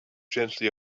gently